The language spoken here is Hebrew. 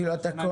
כאילו אתה קונה